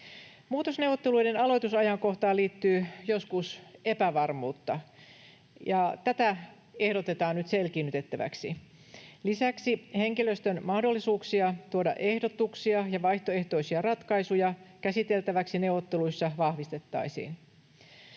Muutosneuvotteluiden aloitusajankohtaan liittyy joskus epävarmuutta, ja tätä ehdotetaan nyt selkiinnytettäväksi. Lisäksi henkilöstön mahdollisuuksia tuoda ehdotuksia ja vaihtoehtoisia ratkaisuja käsiteltäväksi neuvotteluissa vahvistettaisiin.